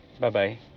Bye-bye